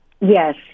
Yes